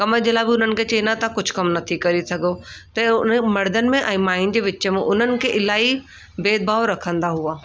कम जे लाइ बि उन्हनि खे चईंदा कुझु कमु नथी करे सघो तहिड़ो हुननि मर्दनि में ऐं माईनि जे विच में उन्हनि खे इलाही भेदभाव रखंदा हुआ